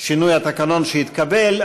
שינוי התקנון שהתקבל.